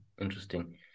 interesting